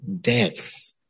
depth